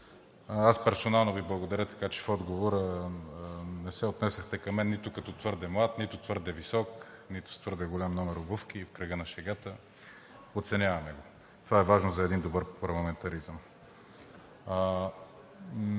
Персонално Ви благодаря, че в отговора не се отнесохте към мен нито като твърде млад, нито твърде висок, нито с твърде голям номер обувки, в кръга на шегата. Оценяваме го, това е важно за един добър парламентаризъм.